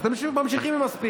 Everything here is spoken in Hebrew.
אז אתם ממשיכים עם הספין.